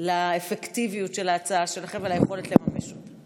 לאפקטיביות של ההצעה שלכם וליכולת לממש אותה.